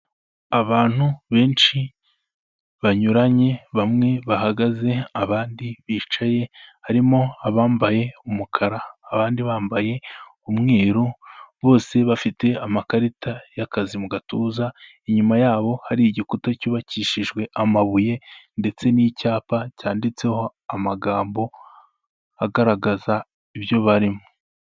Abantu benshi banyuranye bamwe bahagaze abandi bicaye, harimo abambaye umukara abandi bambaye umweru, bose bafite amakarita y'akazi mu gatuza, inyuma yabo hari igikuta cyubakishijwe amabuye ndetse n'icyapa cyanditseho amagambo agaragaza ibyo barimo.